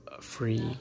free